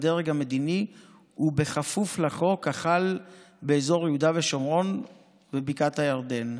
הדרג המדיני ובכפוף לחוק החל באזור יהודה ושומרון ובקעת הירדן.